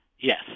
Yes